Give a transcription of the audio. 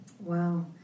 Wow